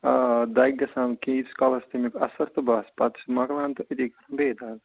آ دَگہِ گژھان کہِ ییٖتِس کالَس تَمیُک اثر تہٕ بَس پَتہٕ چھِ مۅکلان تہٕ أتی کَران بیٚیہِ دَگ